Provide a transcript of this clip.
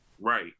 Right